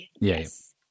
yes